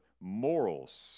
morals